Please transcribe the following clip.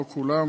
לא את כולן,